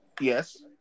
Yes